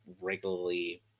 regularly